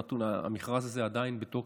המכרז הזה עדיין בתוקף,